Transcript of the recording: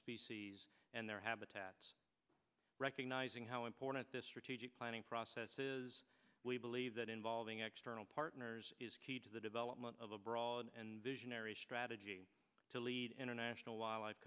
species and their habitats recognizing how important this strategic planning process is we believe that involving external partners is key to the development of a broad and visionary strategy to lead international while i've